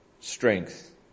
strength